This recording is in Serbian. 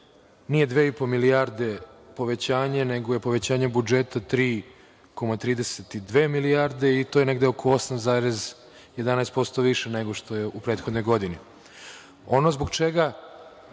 i po milijarde povećanje, nego je povećanje budžeta 3,32 milijarde i to je negde oko 8,11% više nego što je u prethodnoj godini. Ono zbog čega